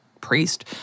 priest